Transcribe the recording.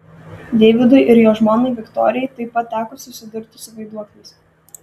deividui ir jo žmonai viktorijai taip pat teko susidurti su vaiduokliais